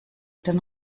den